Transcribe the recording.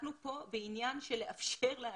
אנחנו לא צריכים לחכות שזה יבוא מהעולים החדשים.